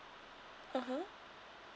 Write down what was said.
(uh huh)